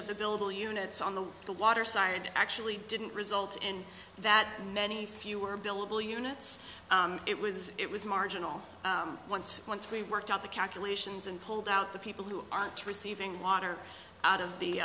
of the billable units on the the water side actually didn't result in that many fewer billable units it was it was marginal once once we worked out the calculations and pulled out the people who aren't receiving water out of the